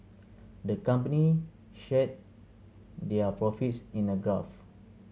the company share their profits in a graph